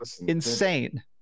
Insane